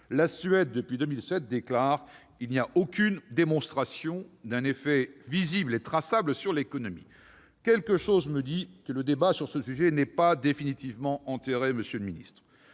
la Suède depuis 2007, déclare :« Il n'y a aucune démonstration d'un effet visible et traçable sur l'économie ». Quelque chose me dit que le débat sur ce sujet n'est pas définitivement enterré, monsieur le ministre.